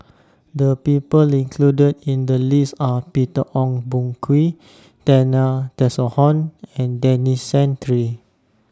The People included in The list Are Peter Ong Boon Kwee Zena Tessensohn and Denis Santry